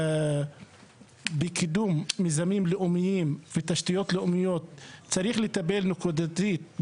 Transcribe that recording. בקידום מיזמים לאומיים ותשתיות לאומיות צריך לטפל נקודתית